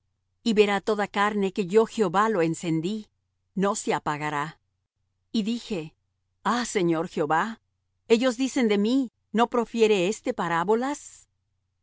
y verá toda carne que yo jehová lo encendí no se apagará y dije ah señor jehová ellos dicen de mí no profiere éste parábolas